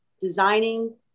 designing